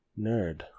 nerd